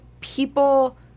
people